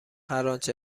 هرآنچه